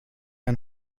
ein